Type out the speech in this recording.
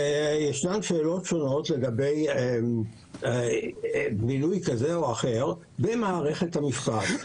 יש שאלות שונות לגבי מינוי כזה או אחר במערכת המשפט.